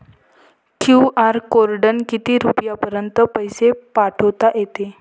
QR कोडनं किती रुपयापर्यंत पैसे पाठोता येते?